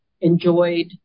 enjoyed